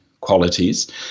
qualities